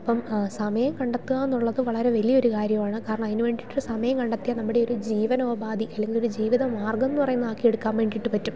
അപ്പം സമയം കണ്ടെത്തുക എന്നുള്ളത് വളരെ വലിയ ഒരു കാര്യമാണ് കാരണം അതിന് വേണ്ടിയിട്ട് സമയം കണ്ടെത്തിയാൽ നമ്മുടെ ഒരു ജീവിതോപാധി അല്ലെങ്കിൽ ഒരു ജീവിത മാർഗ്ഗം എന്നു പറയുന്നത് ആക്കി എടുക്കാൻ വേണ്ടിയിട്ട് പറ്റും